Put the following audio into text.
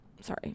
sorry